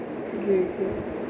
okay okay